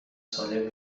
ساله